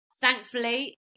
Thankfully